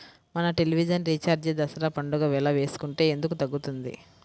మన television recharge Dasara పండగ వేళ వేసుకుంటే ఎందుకు తగ్గుతుంది?